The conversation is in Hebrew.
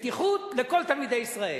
בטיחות לכל תלמידי ישראל,